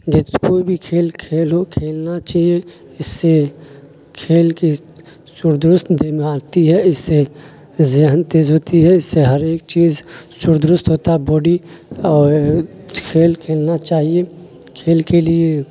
کوئی بھی کھیل کھیل ہو کھیلنا چاہیے اس سے کھیل کی دیہ میں آتی ہے اس سے ذہن تیز ہوتی ہے اس سے ہر ایک چیز درست ہوتا ہے باڈی اور کھیل کھیلنا چاہیے کھیل کے لیے